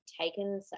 taken